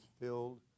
filled